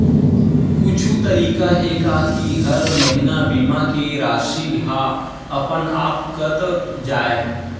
कुछु तरीका हे का कि हर महीना बीमा के राशि हा अपन आप कत जाय?